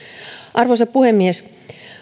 arvoisa puhemies